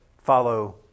Follow